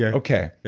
yeah okay.